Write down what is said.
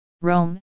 Rome